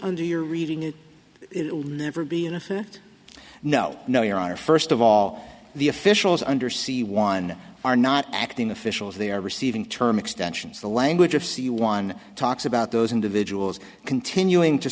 under your reading it it will never be a no no your honor first of all the officials under see one are not acting officials they are receiving term extensions the language of c one talks about those individuals continuing to